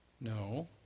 No